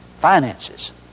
finances